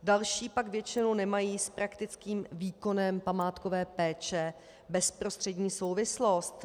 Další pak většinou nemají s praktickým výkonem památkové péče bezprostřední souvislost.